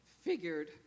figured